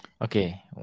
Okay